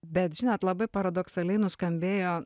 bet žinot labai paradoksaliai nuskambėjo